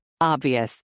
Obvious